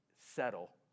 settle